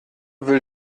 will